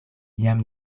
jam